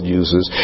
uses